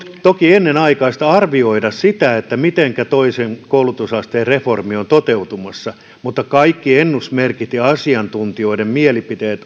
toki ennenaikaista arvioida sitä mitenkä toisen koulutusasteen reformi on toteutumassa mutta kaikki ennusmerkit ja asiantuntijoiden mielipiteet